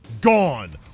gone